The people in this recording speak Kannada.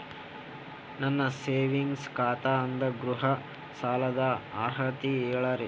ನನ್ನ ಸೇವಿಂಗ್ಸ್ ಖಾತಾ ಅದ, ಗೃಹ ಸಾಲದ ಅರ್ಹತಿ ಹೇಳರಿ?